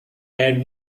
had